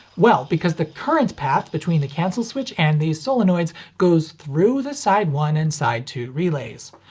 well, because the current path between the cancel switch and these solenoids goes through the side one and side two relays.